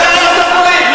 זה מה שאתם אומרים.